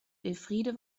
elfriede